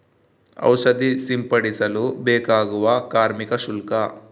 ಔಷಧಿ ಸಿಂಪಡಿಸಲು ಬೇಕಾಗುವ ಕಾರ್ಮಿಕ ಶುಲ್ಕ?